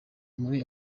muri